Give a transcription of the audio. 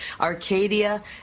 arcadia